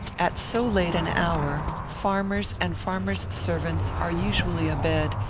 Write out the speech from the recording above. at so late an hour, farmers and farmers' servants are usually abed,